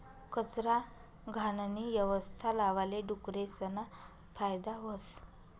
कचरा, घाणनी यवस्था लावाले डुकरेसना फायदा व्हस